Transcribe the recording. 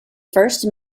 first